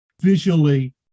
Visually